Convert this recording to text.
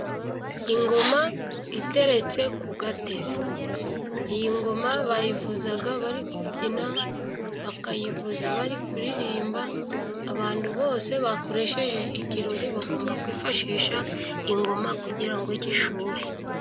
Ingoma iteretse ku gatebe. Iyi ngoma bayivuza bari kubyina, bakayivuza bari kuririmba, abantu bose bakoresheje ikirori bagomba kwifashisha ingoma, kugira ngo gishyuhe.